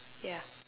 ya